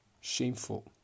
shameful